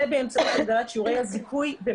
זה באמצעות הגדלת שיעורי הזיכוי.